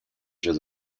jeux